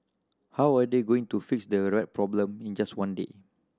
how are they going to fix the rat problem in just one day